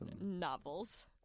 novels